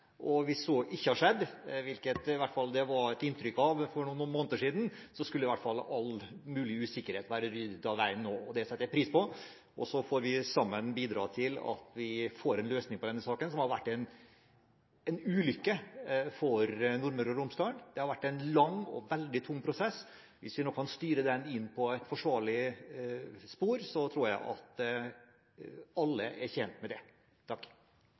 og Romsdal og Helse Midt-Norge. Hvis så ikke har skjedd, hvilket det i hvert fall var et inntrykk av for noen måneder siden, skulle i hvert fall all mulig usikkerhet nå være ryddet av veien. Det setter jeg pris på, så får vi sammen bidra til at vi får en løsning på denne saken som har vært en ulykke for Nordmøre og Romsdal. Det har vært en lang og veldig tung prosess. Hvis vi nå kan styre den inn på et forsvarlig spor, tror jeg at alle er tjent med det.